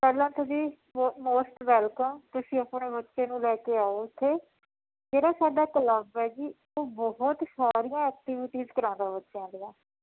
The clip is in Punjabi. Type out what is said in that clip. ਪਹਿਲਾਂ ਤਾਂ ਜੀ ਮੋ ਮੋਸਟ ਵੈਲਕਮ ਤੁਸੀਂ ਆਪਣੇ ਬੱਚੇ ਨੂੰ ਲੈ ਕੇ ਆਓ ਇੱਥੇ ਜਿਹੜਾ ਸਾਡਾ ਕਲੱਬ ਹੈ ਜੀ ਉਹ ਬਹੁਤ ਸਾਰੀਆਂ ਐਕਟੀਵੀਟਿਜ਼ ਕਰਾਉਂਦਾ ਬੱਚਿਆਂ ਦੀਆਂ